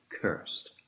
cursed